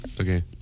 Okay